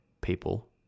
people